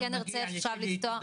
אני כן ארצה עכשיו לפתוח --- אגב,